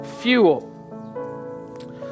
fuel